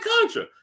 contra